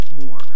more